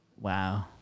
Wow